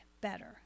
better